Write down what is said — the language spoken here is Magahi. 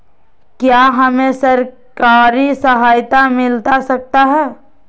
क्या हमे सरकारी सहायता मिलता सकता है?